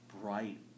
bright